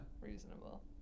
...reasonable